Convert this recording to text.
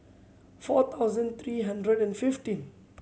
four thousand three hundred and fifteen